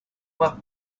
más